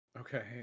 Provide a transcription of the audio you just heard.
okay